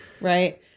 Right